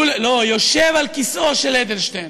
לא, יושב על כיסאו של אדלשטיין.